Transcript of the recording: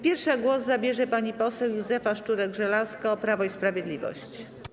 Pierwsza głos zabierze pani poseł Józefa Szczurek-Żelazko, Prawo i Sprawiedliwość.